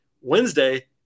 Wednesday